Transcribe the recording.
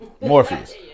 Morpheus